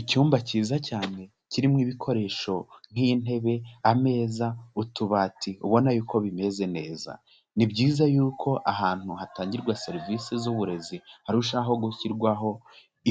Icyumba kiza cyane kirimo ibikoresho nk'intebe, ameza, utubati ubona yuko bimeze neza, ni byiza yuko ahantu hatangirwa serivise z'uburezi harushaho gushyirwaho